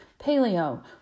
paleo